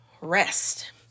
rest